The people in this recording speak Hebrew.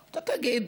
אתה תגיד,